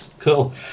Cool